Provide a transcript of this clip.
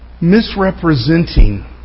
Misrepresenting